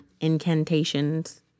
Incantations